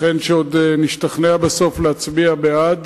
נשתכנע בסוף להצביע בעד